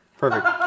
Perfect